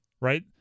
Right